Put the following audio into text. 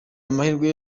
amahirwe